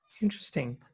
Interesting